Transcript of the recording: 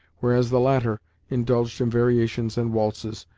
whereas the latter indulged in variations and waltzes,